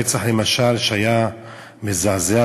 הרצח המזעזע שהיה בזמנו,